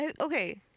Okay